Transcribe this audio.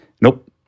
Nope